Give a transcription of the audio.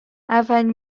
اولین